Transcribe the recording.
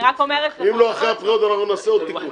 אבל אני רק אומרת --- אם לא אחרי הבחירות נעשה עוד תיקון.